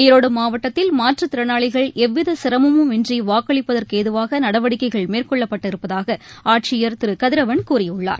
ஈரோடு மாவட்டத்தில் மாற்றுத் திறனாளிகள் எவ்வித சிரமமும் இன்றி வாக்களிப்பதற்கு ஏதுவாக நடவடிக்கைகள் மேற்கொள்ளப்பட்டு இருப்பதாக ஆட்சியர் திரு கதிரவன் கூறியுள்ளார்